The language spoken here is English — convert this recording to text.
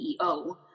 CEO